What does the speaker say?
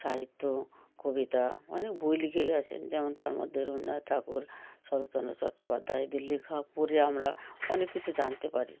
সাহিত্য কবিতা অনেক বই লিখে গিয়েছেন যেমন তার মধ্যে রবীন্দ্রনাথ ঠাকুর শরৎচন্দ্র চট্টোপাধ্যায় এদের লেখা পড়ে আমরা অনেক কিছু জানতে পারি